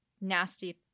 nasty